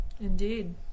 Indeed